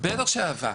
בטח שאהבה.